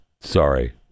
sorry